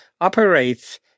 operates